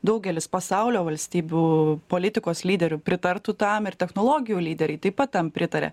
daugelis pasaulio valstybių politikos lyderių pritartų tam ir technologijų lyderiai taip pat tam pritaria